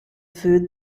food